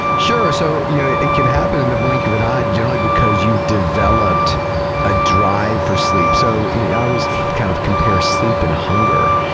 sure. so, you know it it can happen in the blink of an eye, generally because you've developed a drive for sleep. so yeah i always kind of compare sleep and hunger.